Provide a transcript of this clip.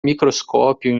microscópio